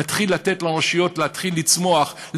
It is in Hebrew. להתחיל לתת לרשויות לצמוח,